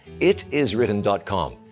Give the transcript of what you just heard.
itiswritten.com